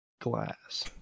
glass